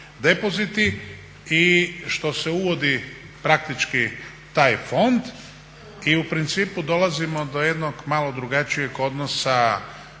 i što se uvodi taj fond. I u principu dolazimo do jednog malo drugačijeg odnosa